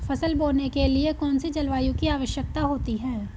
फसल बोने के लिए कौन सी जलवायु की आवश्यकता होती है?